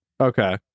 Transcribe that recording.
okay